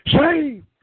Save